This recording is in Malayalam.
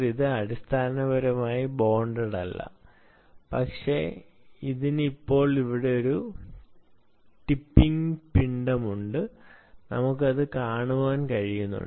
ഇത് അടിസ്ഥാനപരമായി ബോണ്ടഡ് അല്ല പക്ഷേ ഇതിന് ഇവിടെ ഒരു ടിപ്പിംഗ് മാസുണ്ട് നമുക്കത് കാണാൻ കഴിയുന്നുണ്ട്